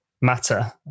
matter